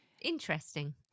Interesting